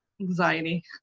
anxiety